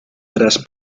tras